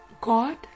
God